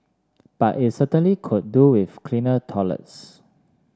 but it certainly could do with cleaner toilets